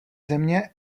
země